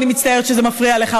אני מצטערת שזה מפריע לך.